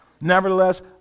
Nevertheless